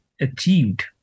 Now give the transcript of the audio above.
achieved